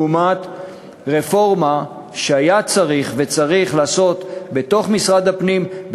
לעומת רפורמה שהיה צריך וצריך לעשות בתוך משרד הפנים,